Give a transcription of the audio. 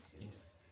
yes